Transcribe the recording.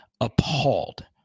Appalled